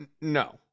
no